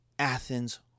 Athens